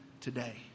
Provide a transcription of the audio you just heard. today